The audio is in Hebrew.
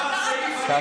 הדרת נשים, רגע, תעצור.